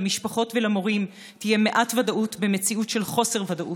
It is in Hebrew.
למשפחות ולמורים תהיה מעט ודאות במציאות של חוסר ודאות.